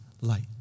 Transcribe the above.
light